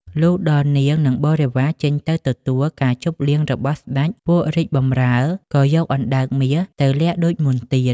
លុះដល់នាង និងបរិវារចេញទៅទទួលការជប់លៀងរបស់ស្ដេច ពួករាជបម្រើ ក៏ យកអណ្ដើកមាសទៅលាក់ដូចមុនទៀត ។